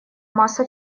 масса